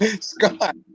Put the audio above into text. Scott